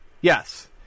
yes